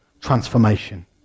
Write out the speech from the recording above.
transformation